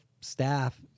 staff